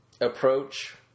approach